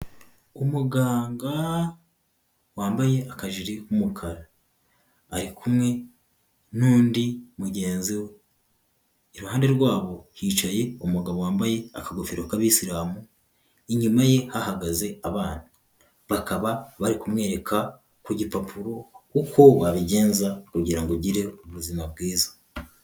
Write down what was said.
Umuganga wambaye akajiri k'umukara, ari kumwe n'undi mugenzi we, iruhande rwabo hicaye umugabo wambaye akagofero k'abisilamu, inyuma ye hahagaze abana, bakaba bari kumwereka ku gipapuro uko wabigenza kugira ngo ugire ubuzima bwiza.